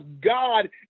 God